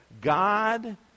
God